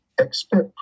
expect